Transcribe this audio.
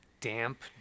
damp